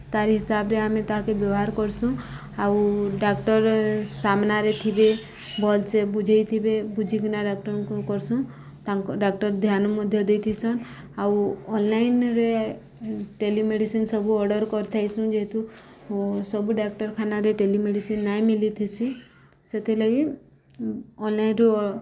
ତା'ର୍ ହିସାବ୍ରେ ଆମେ ତାହାକେ ବ୍ୟବହାର କର୍ସୁଁ ଆଉ ଡାକ୍ଟର୍ ସାମ୍ନାରେ ଥିବେ ଭଲ୍ସେ ବୁଝେଇଥିବେ ବୁଝିକିନା ଡାକ୍ଟର୍ଙ୍କୁ କର୍ସୁଁ ତାଙ୍କ ଡାକ୍ଟର୍ ଧ୍ୟାନ ମଧ୍ୟ ଦେଇଥିସନ୍ ଆଉ ଅନ୍ଲାଇନ୍ରେ ଟେଲିମେଡ଼ିସିନ୍ ସବୁ ଅର୍ଡ଼ର୍ କରିଥାଇସୁଁ ଯେହେତୁ ସବୁ ଡାକ୍ଟରଖାନାରେ ଟେଲିମେଡ଼ିସିନ୍ ନାଇଁ ମିଲିଥିସି ସେଥିଲାଗି ଅନ୍ଲାଇନ୍ରୁ